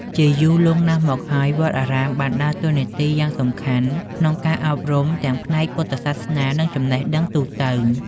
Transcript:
ជាយូរលង់ណាស់មកហើយ វត្តអារាមបានដើរតួនាទីយ៉ាងសំខាន់ក្នុងការអប់រំទាំងផ្នែកពុទ្ធសាសនា និងចំណេះដឹងទូទៅ។